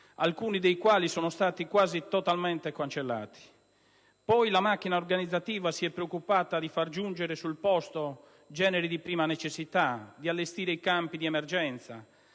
alcuni dei quali sono stati quasi totalmente cancellati; poi la macchina organizzativa si è preoccupata di far giungere sul posto generi di prima necessità, di allestire i campi di emergenza